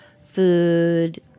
food